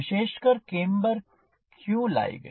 विशेषकर केम्बर क्यों लाई गई